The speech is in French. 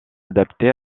adaptée